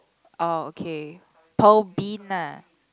oh okay pearl bean ah